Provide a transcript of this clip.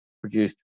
produced